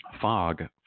Fog